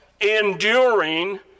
enduring